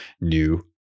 new